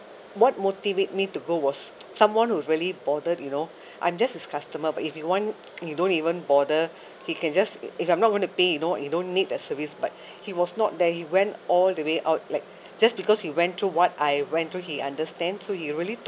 what motivate me to go was someone who's really bothered you know I'm just his customer but if you want you don't even bother he can just i~ if I'm not going to pay you know you don't need a service but he was not that he went all the way out like just because he went through what I went through he understand so he really took